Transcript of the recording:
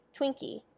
Twinkie